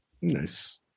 Nice